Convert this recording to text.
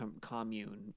commune